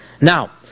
Now